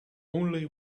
only